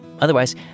Otherwise